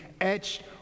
etched